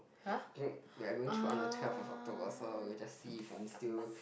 we are going to on a twelve of October so we just see if I'm still